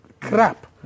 crap